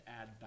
add